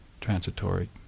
transitory